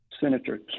Senator